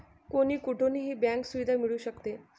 कोणीही कुठूनही बँक सुविधा मिळू शकते